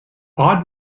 odd